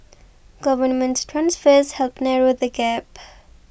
government transfers help narrow the gap